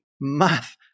math